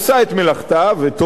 וטוב שהיא עושה אותה,